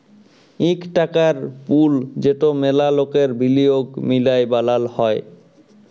ইক টাকার পুল যেট ম্যালা লকের বিলিয়গ মিলায় বালাল হ্যয়